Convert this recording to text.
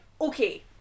okay